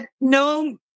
no